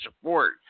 support